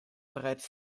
bereits